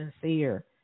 sincere